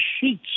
sheets